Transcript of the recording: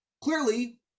Clearly